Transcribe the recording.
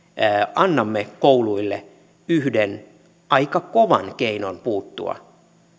annamme kouluille yhden aika kovan keinon puuttua